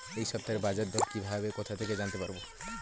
এই সপ্তাহের বাজারদর কিভাবে কোথা থেকে জানতে পারবো?